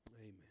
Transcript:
Amen